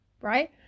right